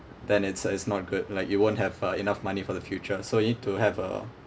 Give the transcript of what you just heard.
then it's it's not good like you won't have uh enough money for the future so you need to have a